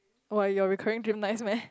why your recurring dream nice meh